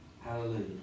Hallelujah